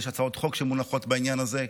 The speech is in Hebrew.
יש הצעות חוק שמונחות בעניין הזה.